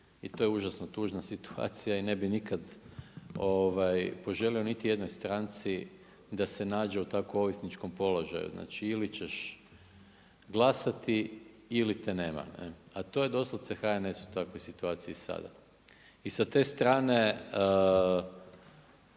i to je užasno tužna situacija i ne bih nikad poželio niti jednoj stranci da se nađe u tako ovisničkom položaju. Znači ili ćeš glasati ili te nema. A to je doslovce HNS u takvoj situaciji sada. I sa te strane